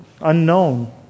unknown